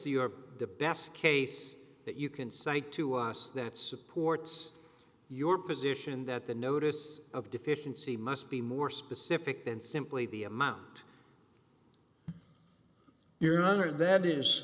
the or the best case that you can cite to us that supports your position that the notice of deficiency must be more specific than simply the amount your honor that is